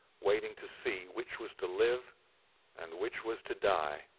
waiting to see which was to live and which was to die.